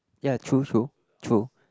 ya true true true